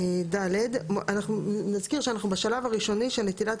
אנחנו נזכיר שאנחנו בשלב הראשוני של נטילת